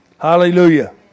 Hallelujah